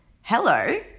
Hello